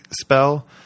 spell